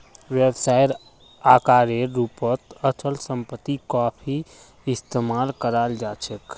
व्यवसायेर आकारेर रूपत अचल सम्पत्ति काफी इस्तमाल कराल जा छेक